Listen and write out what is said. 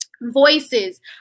voices